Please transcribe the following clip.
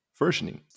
versioning